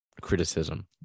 criticism